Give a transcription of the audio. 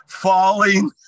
Falling